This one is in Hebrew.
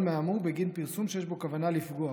מהאמור בגין פרסום שיש בו כוונה לפגוע.